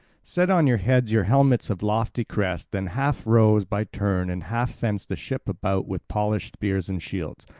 set on your heads your helmets of lofty crest, then half row by turns, and half fence the ship about with polished spears and shields.